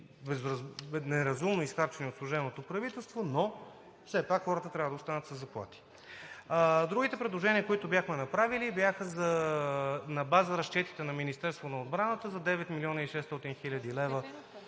неразумно изхарчени от служебното правителство, но все пак хората трябва да останат със заплати. Другите предложения, които бяхме направили, бяха на базата на разчетите на Министерството на отбраната за 9 млн. 600 хил. лв.